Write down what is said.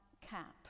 CAP